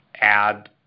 add